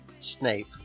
Snape